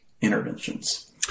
interventions